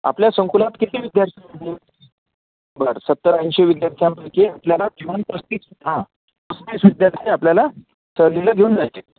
आपल्या संकुलात किती विद्यार्थी आहे बरं सत्तर ऐंशी विद्यार्थ्यांपैकी आपल्याला किमान पस्तीस हां पस्तीस विद्यार्थी आपल्याला सहलीला घेऊन जायचे आहेत